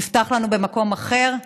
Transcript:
נפתח לנו במקום אחר,